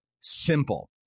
simple